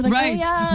right